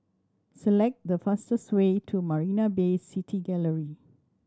select the fastest way to Marina Bay City Gallery